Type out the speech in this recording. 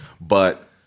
But-